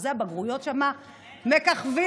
שאחוזי הבגרויות שם מככבים.